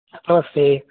नमस्ते